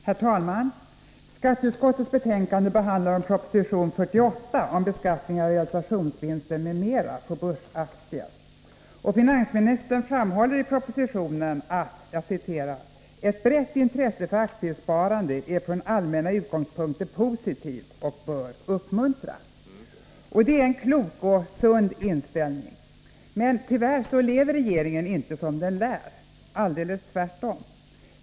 Herr talman! Skatteutskottets betänkande behandlar proposition 48 om beskattning av realisationsvinster m.m. på börsaktier. Finansministern framhåller i propositionen att ”ett brett intresse för aktiesparande är från allmänna utgångspunkter positivt och bör uppmuntras”. Det är en klok och sund inställning. Men tyvärr lever regeringen inte som den lär — alldeles tvärtom.